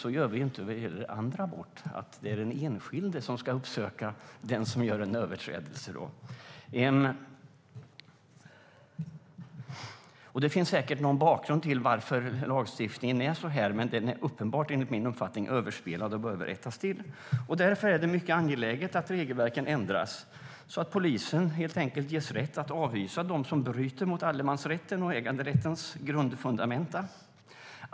Så gör vi inte när det gäller andra brott, att det är den enskilde som ska uppsöka den som begår en överträdelse. Det finns säkert någon bakgrund till att lagstiftningen är så här, men den är uppenbart, enligt min uppfattning, överspelad och behöver rättas till. Därför är det mycket angeläget att regelverken ändras så att polisen helt enkelt ges rätt att avhysa dem som bryter mot allemansrätten och äganderättens grundfundament.